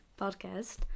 podcast